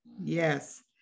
yes